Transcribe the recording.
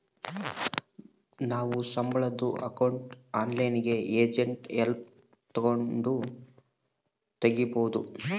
ನಾವು ಸಂಬುಳುದ್ ಅಕೌಂಟ್ನ ಆನ್ಲೈನ್ನಾಗೆ ಏಜೆಂಟ್ ಹೆಲ್ಪ್ ತಾಂಡು ತಗೀಬೋದು